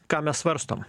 ką mes svarstom